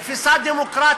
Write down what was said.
לתפיסה דמוקרטית.